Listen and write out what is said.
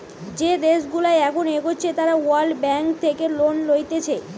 যে দেশগুলা এখন এগোচ্ছে তারা ওয়ার্ল্ড ব্যাঙ্ক থেকে লোন লইতেছে